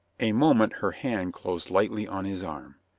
a moment her hand closed lightly on his arm.